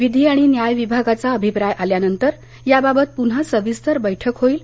विधी आणि न्याय विभागाचा अभिप्राय आल्यानंतर याबाबत प्रन्हा सविस्तर बैठक होईल